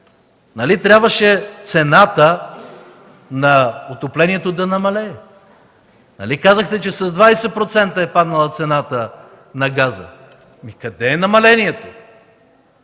Нали трябваше цената на отоплението да намалее? Нали казахте, че с 20% е паднала цената на газа? Къде е намалението?!